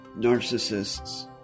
narcissists